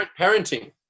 Parenting